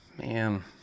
Man